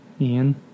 Ian